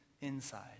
inside